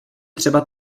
třeba